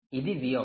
ఇది Vout